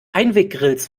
einweggrills